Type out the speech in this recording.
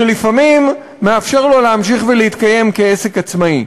שלפעמים מאפשר לו להמשיך ולהתקיים כעסק עצמאי.